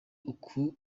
ukuri